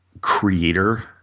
creator